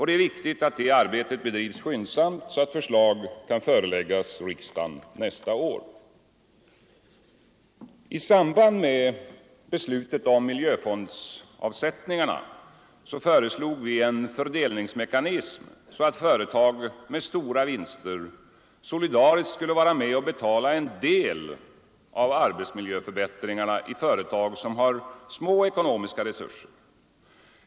Det är viktigt att arbetet bedrivs skyndsamt så att förslag kan föreläggas riksdagen nästa år. I samband med beslutet om miljöfondsavsättningarna föreslog vi en fördelningsmekanism, innebärande att företag med stora vinster solidariskt skulle vara med och betala en del av arbetsmiljöförbättringarna i företag som har små ekonomiska resurser.